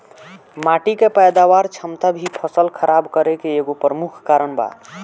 माटी के पैदावार क्षमता भी फसल खराब करे के एगो प्रमुख कारन बा